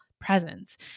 presence